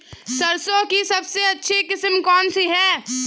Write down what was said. सरसों की सबसे अच्छी किस्म कौन सी है?